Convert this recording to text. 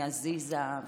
עזיזה,